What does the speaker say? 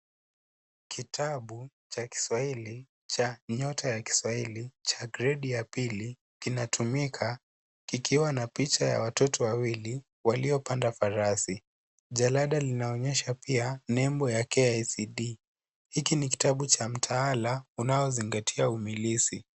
Kitabu cha kiswahili cha Nyota Ya Kiswahili, cha gredi ya pili, kinatumika, kikiwa na picha ya watoto wawili, waliopanda farasi. Jalada linaonyesha pia, nembo ya KICD, Hiki ni kitabu cha mtaala unaozingatia umilisi.